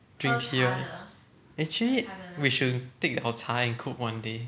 drink tea right actually we should take our 茶 and cook one day